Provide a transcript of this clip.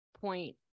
point